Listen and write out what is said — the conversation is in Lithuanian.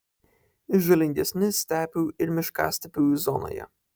žalingesni stepių ir miškastepių zonoje